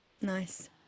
Nice